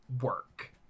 work